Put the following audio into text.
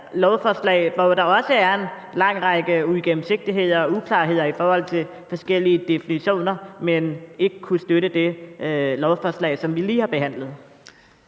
hvor der også er en lang række uigennemsigtigheder og uklarheder i forhold til forskellige definitioner, men ikke kunne støtte det lovforslag, som vi lige har behandlet.